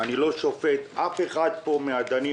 אני לא שופט אף אחד פה מהגנים,